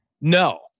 no